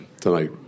tonight